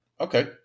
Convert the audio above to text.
Okay